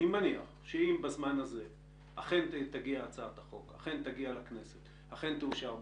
ואני מניח שאם בזמן הזה אכן תגיע הצעת החוק לכנסת ואכן תאושר בכנסת,